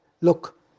look